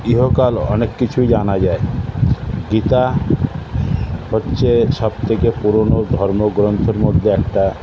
ইহকাল অনেক কিছুই জানা যায় গীতা হচ্ছে সবথেকে পুরনো ধর্মগ্রন্থের মধ্যে একটা